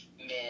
men